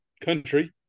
country